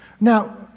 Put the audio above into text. Now